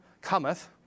cometh